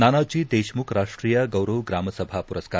ನಾನಾಜಿ ದೇಶಮುಖ್ ರಾಷ್ಟೀಯ ಗೌರವ್ ಗ್ರಾಮಸಭಾ ಪುರಸ್ಕಾರ